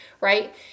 right